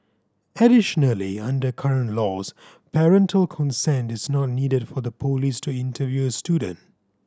additionally under current laws parental consent is not needed for the police to interview student